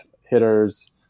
hitters